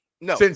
no